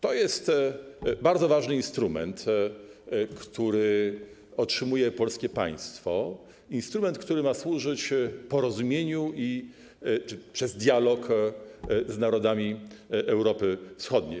To jest bardzo ważny instrument, który otrzymuje polskie państwo, instrument, który ma służyć porozumieniu przez dialog z narodami Europy Wschodniej.